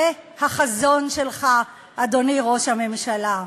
זה החזון שלך, אדוני ראש הממשלה.